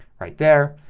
right there.